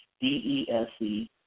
DESE